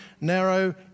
narrow